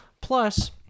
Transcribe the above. plus